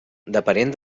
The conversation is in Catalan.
depenent